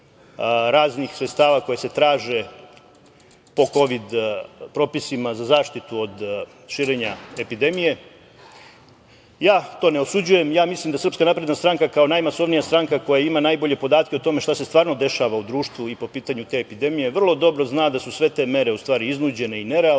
raznih sredstava koje se traže po kovid propisima za zaštitu od širenja epidemije, ja to ne osuđujem. Ja mislim da SNS kao najmasovnija stranka koja ima najbolje podatke o tome šta se stvarno dešava u društvu i po pitanju te epidemije, vrlo dobro zna da su sve te mere u stvari iznuđene i nerealne